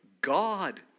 God